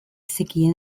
zekien